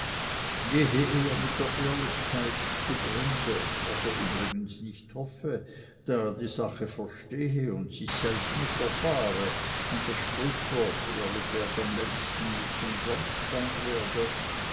er mit der ehrlichkeit zugrunde was er übrigens nicht hoffe da er die sache verstehe und sich selten verfahre und das sprüchwort ehrlich währt am längsten nicht umsonst sein werde